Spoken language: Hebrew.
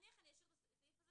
-- -נניח שאני אשאיר את הסעיף הזה